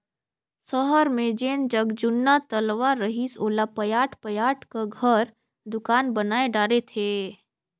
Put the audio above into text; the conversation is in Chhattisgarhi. सहर मे जेन जग जुन्ना तलवा रहिस ओला पयाट पयाट क घर, दुकान बनाय डारे थे